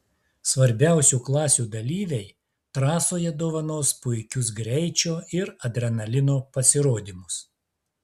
svarbiausių klasių dalyviai trasoje dovanos puikius greičio ir adrenalino pasirodymus